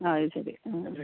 അത് ശരി ആ